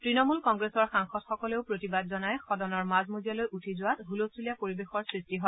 তৃণমূল কংগ্ৰেছৰ সাংসদসকলেও প্ৰতিবাদ জনাই সদনৰ মাজ মজিয়ালৈ উঠি যোৱাত ছলস্থূলীয়া পৰিৱেশৰ সৃষ্টি হয়